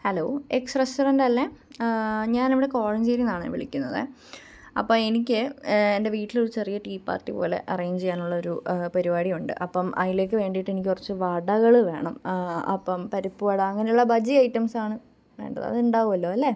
hello X റെസ്റ്റോറൻറ്റല്ലെ ഞാനിവിടെ കോഴഞ്ചേരീന്നാണ് വിളിക്കുന്നത് അപ്പം എനിക്ക് എന്റെ വീട്ടിലൊരു ചെറിയൊരു ടീ പാർട്ടി പോലെ അറേഞ്ച് ചെയ്യാനുള്ളൊരു പരിപാടിയുണ്ട് അപ്പം അതിലേക്ക് വേണ്ടീട്ടെനിക്ക് കുറച്ച് വടകൾ വേണം അപ്പം പരിപ്പുവട അങ്ങനുള്ള ബജ്ജി ഐറ്റംസാണ് വേണ്ടത് അതുണ്ടാവുവല്ലൊ അല്ലേ ആ